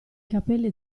capelli